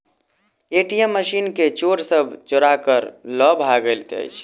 ATM machine के चोर सब चोरा क ल भगैत अछि